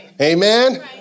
Amen